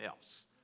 else